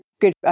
good